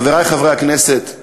חברי חברי הכנסת,